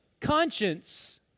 conscience